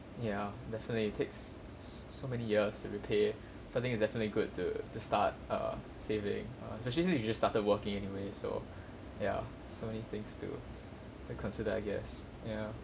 ya definitely it takes so many years to repay so I think it's definitely good to to start err saving err especially if you just started working anyway so ya so many things to to consider I guess ya